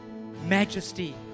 majesty